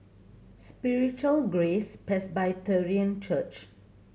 Spiritual Grace Presbyterian Church